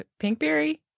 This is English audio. Pinkberry